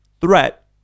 threat